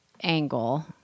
angle